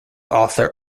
author